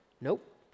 Nope